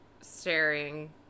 staring